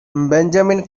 benjamin